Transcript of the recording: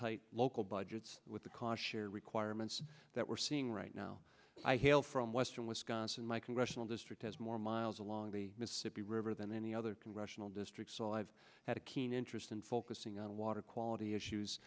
tight local budgets with the cost share requirements that we're seeing right now i hail from western wisconsin my congressional district has more miles along the mississippi river than any other congressional district so i've had a keen interest in focusing on water quality issues